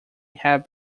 have